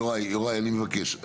יוראי, אני מבקש.